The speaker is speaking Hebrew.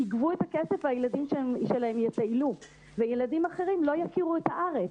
יגבו את הכסף והילדים שלהם יטיילו; וילדים אחרים לא יכירו את הארץ.